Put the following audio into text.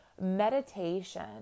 meditation